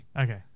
Okay